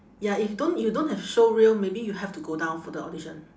ya if don't you don't have showreel maybe you have to go down for the audition